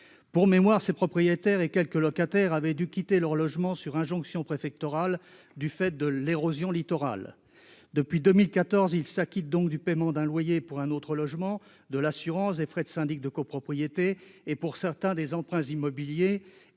Pour mémoire, ces propriétaires et quelques locataires avaient dû quitter leurs logements sur injonction préfectorale du fait de l'érosion littorale. Depuis 2014, ils s'acquittent donc du paiement d'un loyer pour un autre logement, de l'assurance, des charges de copropriété et, pour certains, du remboursement